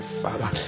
father